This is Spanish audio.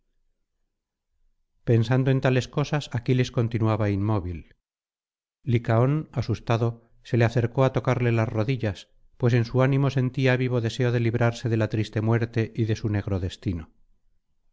pensando en tales cosas aquiles continuaba inmóvil licaón asustado se le acercó á tocarle las rodillas pues en su ánimo sentía vivo deseo de librarse de la triste muerte y de su negro destino